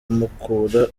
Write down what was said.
mukura